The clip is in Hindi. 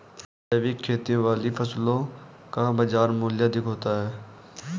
जैविक खेती वाली फसलों का बाजार मूल्य अधिक होता है